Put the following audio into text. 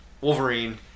Wolverine